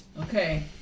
Okay